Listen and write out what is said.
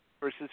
versus